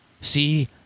See